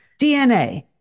DNA